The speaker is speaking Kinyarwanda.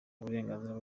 uburenganzira